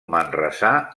manresà